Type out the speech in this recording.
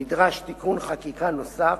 נדרש תיקון חקיקה נוסף,